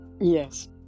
Yes